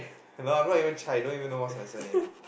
no I'm not even Chai don't even know what's my surname